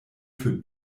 für